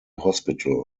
hospital